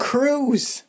Cruise